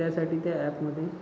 त्यासाठी त्या ॲपमध्ये